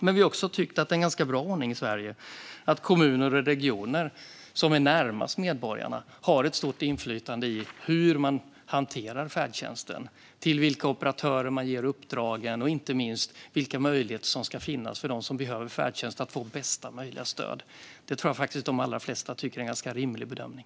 Men vi har också tyckt att det är en ganska bra ordning i Sverige att kommuner och regioner, som är närmast medborgarna, har ett stort inflytande över hur man hanterar färdtjänsten, till vilka operatörer man ger uppdragen och inte minst vilka möjligheter som finns för dem som behöver färdtjänst att få bästa möjliga stöd. Det tror jag faktiskt att de allra flesta tycker är en ganska rimlig bedömning.